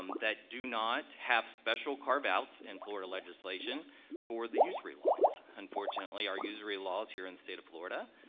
um that do not have special carveouts in florida legislation for the usury laws. unfortunately, our usury laws here in the state of florida,